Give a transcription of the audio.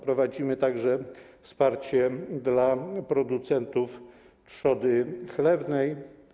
Prowadzimy także wsparcie dla producentów trzody chlewnej.